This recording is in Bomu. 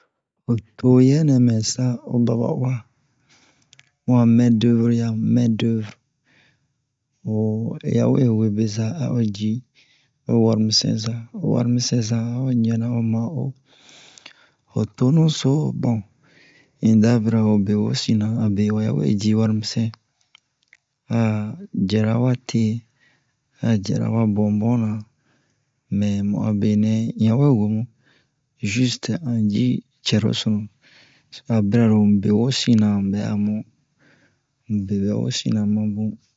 Ho toyɛ nɛ mɛ sa ho baba'uwa mu'a mɛdevere yamu mɛdeve o oya we we beza a'o ji o warimisɛn za o warimisɛn a'o ɲana o ma'o ho tonu so bon in da bira hobe wosina abe wa yawe ji warimisɛn a jɛra wa te a jɛra wa bobona mɛ mu'a benɛ in yawe wemu ziste an ji cɛrosunu a bira lo mu be wosina mu bɛ'a mu mu be bɛ wosina ma bun